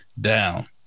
down